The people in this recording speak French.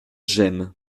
gemme